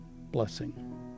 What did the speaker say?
blessing